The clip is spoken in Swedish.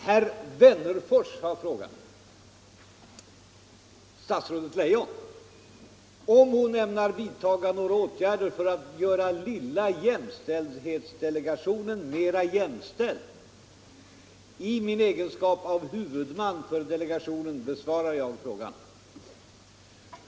Herr talman! Herr Wennerfors har frågat statsrådet Leijon om hon ämnar vidtaga några åtgärder för att göra lilla jämställdhetsdelegationen mera jämställd. I min egenskap av huvudman för delegationen besvarar jag frågan.